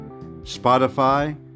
Spotify